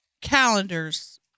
Calendars